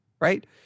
right